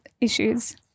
issues